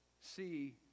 see